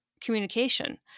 communication